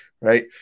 right